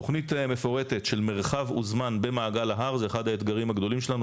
תוכנית מפורטת של מרחב וזמן במעגל ההר זה אחד האתגרים הגדולים שלנו,